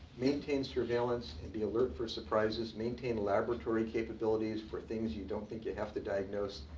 maintain surveillance and be alert for surprises. maintain laboratory capabilities for things you don't think you have to diagnose.